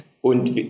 Und